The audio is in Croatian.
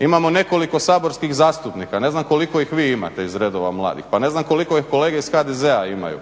imamo nekoliko saborskih zastupnika, ne znam koliko ih vi imate iz redova mladih, pa ne znam koliko ih kolege iz HDZ-a imaju.